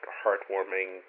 heartwarming